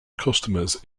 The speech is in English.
customers